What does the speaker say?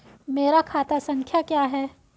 मेरा खाता संख्या क्या है?